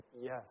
yes